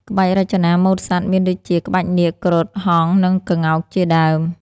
ក្បាច់រចនាម៉ូដសត្វ មានដូចជា ក្បាច់នាគ គ្រុឌ ហង្ស និងក្ងោកជាដើម។